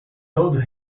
told